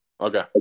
okay